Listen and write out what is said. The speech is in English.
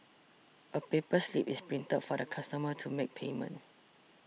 a paper slip is printed for the customer to make payment